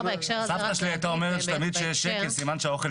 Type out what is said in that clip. סבתא שלי הייתה אומרת שתמיד כשיש שקט סימן שהאוכל